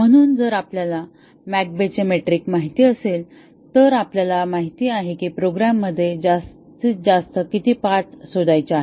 म्हणून जर आपल्याला मॅककेबचे मेट्रिक माहित असेल तर आपल्याला माहित आहे की प्रोग्राममध्ये जास्तीत जास्त किती पाथ शोधायचे आहेत